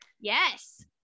Yes